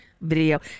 video